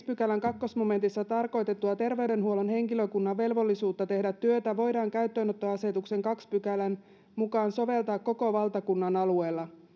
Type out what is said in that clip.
pykälän toisessa momentissa tarkoitettua terveydenhuollon henkilökunnan velvollisuutta tehdä työtä voidaan käyttöönottoasetuksen toisen pykälän mukaan soveltaa koko valtakunnan alueella